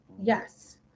Yes